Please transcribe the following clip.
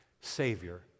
Savior